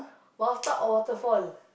bathtub or waterfall